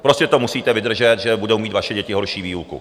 Prostě to musíte vydržet, že budou mít vaše děti horší výuku.